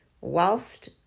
whilst